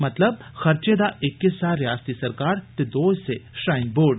मतलब खर्चे दा इक हिस्सा रियासती सरकार दे दो हिस्से श्राईन बोर्ड